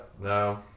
No